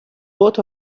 both